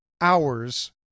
hours